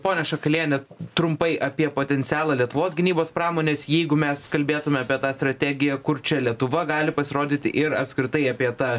ponia šakaliene trumpai apie potencialą lietuvos gynybos pramonės jeigu mes kalbėtume apie tą strategiją kur čia lietuva gali pasirodyti ir apskritai apie tą